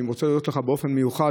אני רוצה להודות לך באופן מיוחד.